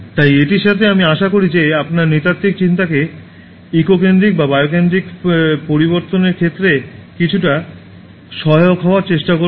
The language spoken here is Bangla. তাই এটির সাথে আমি আশা করি যে আপনার নৃতাত্ত্বিক চিন্তাকে ইকো কেন্দ্রিক বা বায়ো কেন্দ্রিকে পরিবর্তনের ক্ষেত্রে কিছুটা সহায়ক হওয়ার চেষ্টা করব